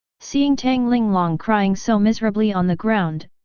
seeing tang linglong crying so miserably on the ground,